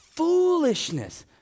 foolishness